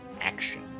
action